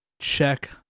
check